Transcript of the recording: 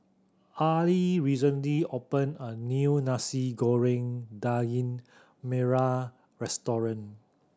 Arly recently opened a new Nasi Goreng Daging Merah restaurant